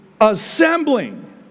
assembling